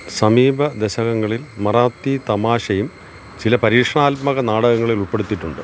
സമീപ ദശകങ്ങളിൽ മറാത്തി തമാശയും ചില പരീക്ഷണാത്മക നാടകങ്ങളിലുൾപ്പെടുത്തീട്ടുണ്ട്